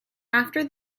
after